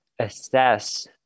assess